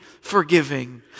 forgiving